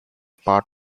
part